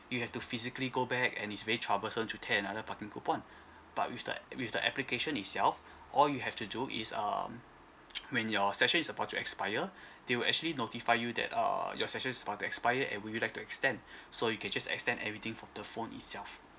you have to physically go back and is very troublesome to tear another parking coupon but with the with the application itself all you have to do is um when your session is about to expire they will actually notify you that err your session is about to expire and would you like to extend so you can just extend everything from the phone itself